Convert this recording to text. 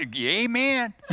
amen